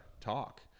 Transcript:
talk